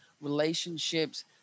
relationships